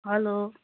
hello